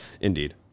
Indeed